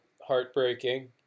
heartbreaking